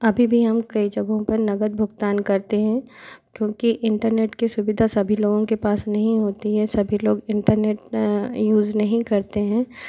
अभी भी हम कई जगहों पर नगद भुगतान करते हैं क्योंकि इंटरनेट की सुविधा सभी लोगों के पास नहीं होती है सभी लोग इंटरनेट यूज़ नहीं करते हैं